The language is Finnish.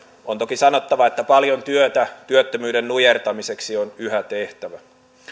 on toki sanottava että paljon työtä työttömyyden nujertamiseksi on yhä tehtävä